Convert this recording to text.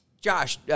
Josh